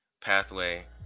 pathway